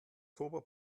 turbo